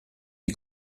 die